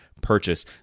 purchase